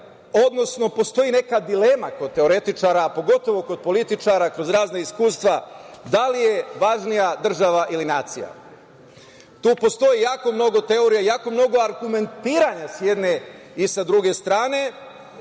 odnosno postoji neka dilema kod teoretičara, pogotovo kod političara, kroz razna iskustva, da li je važnija država ili nacija? Tu postoji jako mnogo teorija i jako mnogo argumentiranja, s jedne i sa druge strane.